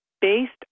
based